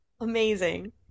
Amazing